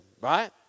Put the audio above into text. right